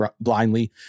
blindly